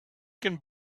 can